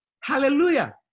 Hallelujah